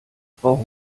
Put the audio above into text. frau